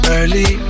Early